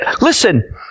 listen